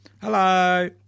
hello